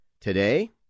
today